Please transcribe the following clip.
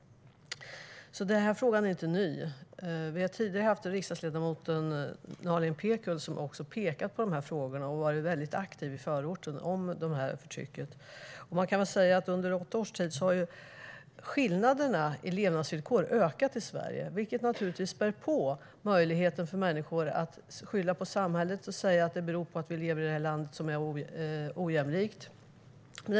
Frågan är inte alltså inte ny. Den tidigare riksdagsledamoten Nalin Pekgul har också pekat på dessa frågor och varit väldigt aktiv i förorten när det gäller detta förtryck. Under åtta års tid har skillnaderna i levnadsvillkor ökat i Sverige, vilket naturligtvis späder på möjligheten för människor att skylla på samhället och säga att det beror på att vi lever i ett ojämlikt land.